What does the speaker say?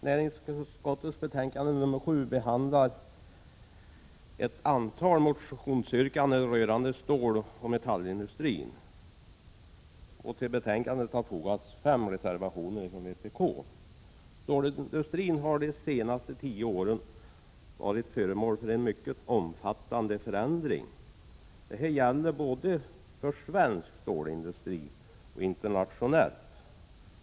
Herr talman! I näringsutskottets betänkande nr 7 behandlas ett antal motionsyrkanden rörande ståloch metallindustrin. Till betänkandet har fogats fem reservationer från vpk. Stålindustrin har under de senaste tio åren varit föremål för en mycket omfattande förändring. Detta gäller både för svensk stålindustri och internationellt.